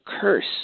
curse